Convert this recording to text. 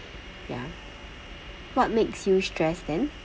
ya what makes you stress then